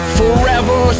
forever